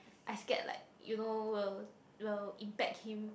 I scared like you know will will impact him